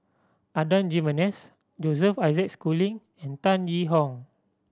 Adan Jimenez Joseph Isaac Schooling and Tan Yee Hong